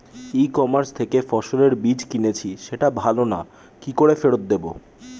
ই commerce থেকে ফসলের বীজ কিনেছি সেটা ভালো না কি করে ফেরত দেব?